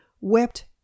wept